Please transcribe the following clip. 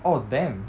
oh damn